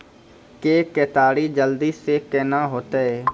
के केताड़ी जल्दी से के ना होते?